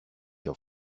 your